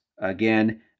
again